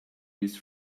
used